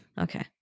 Okay